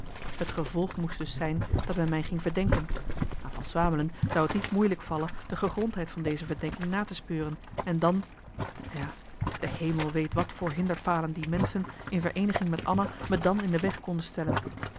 het gevolg moest dus zijn dat men mij ging verdenken aan van swamelen zou t niet moeilijk vallen de gegrondheid van deze verdenking na te speuren en dan ja de hemel weet wat voor hinderpalen die menschen in vereeniging met anna me dan in de weg konden stellen